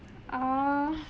(uh huh)